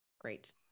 great